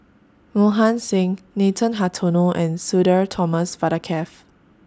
Mohan Singh Nathan Hartono and Sudhir Thomas Vadaketh